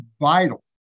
vital